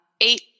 eight